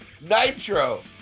Nitro